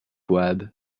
web